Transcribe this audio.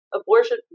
Abortion